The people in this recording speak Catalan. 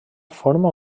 forma